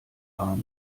arme